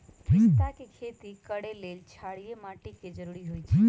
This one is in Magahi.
पिस्ता के खेती करय लेल क्षारीय माटी के जरूरी होई छै